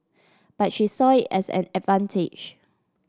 but she saw it as an advantage